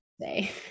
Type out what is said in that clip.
say